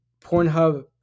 Pornhub